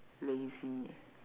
lazy